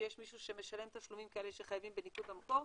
כשיש מישהו שמשלם תשלומים כאלה שחייבים בניכוי במקור.